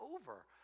over